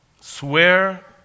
swear